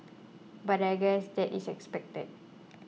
but I guess that is expected